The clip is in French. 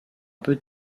peu